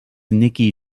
nicky